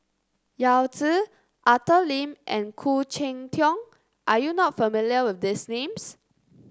Yao Zi Arthur Lim and Khoo Cheng Tiong are you not familiar with these names